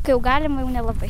kai jau galima jau nelabai